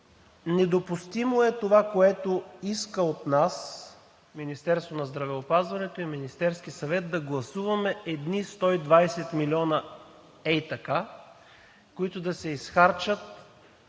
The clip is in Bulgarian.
Недопустимо е това, което искат от нас Министерството на здравеопазването и Министерският съвет, да гласуваме едни 120 млн. лв. ей така, които да се изхарчат